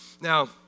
Now